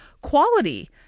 quality